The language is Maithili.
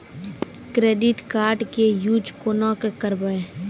क्रेडिट कार्ड के यूज कोना के करबऽ?